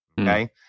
Okay